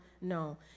No